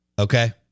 Okay